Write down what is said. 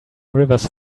rivers